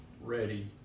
ready